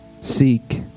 seek